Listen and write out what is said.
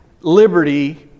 liberty